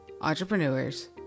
entrepreneurs